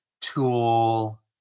Tool